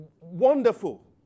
wonderful